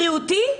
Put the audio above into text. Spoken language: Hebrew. בריאותי,